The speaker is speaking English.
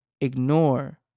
ignore